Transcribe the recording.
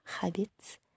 habits